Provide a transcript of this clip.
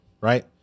Right